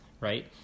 right